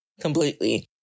completely